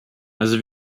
also